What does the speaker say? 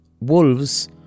Wolves